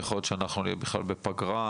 יכול להיות שאנחנו נהיה בכלל בפגרה,